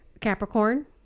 Capricorn